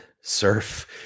surf